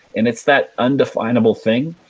and it's that undefinable thing.